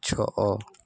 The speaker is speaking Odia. ଛଅ